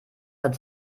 hat